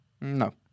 No